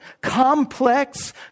complex